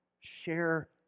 share